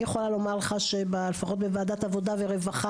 אני יכולה לומר לך שלפחות בוועדת העבודה והרווחה